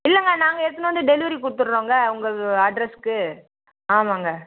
இல்லைங்க நாங்கள் எடுத்துன்னு வந்து டெலிவரி கொடுத்துறோங்க உங்கள் அட்ரஸுக்கு ஆமாங்க